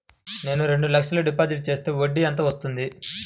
నేను రెండు లక్షల డిపాజిట్ చేస్తే వడ్డీ ఎంత వస్తుంది?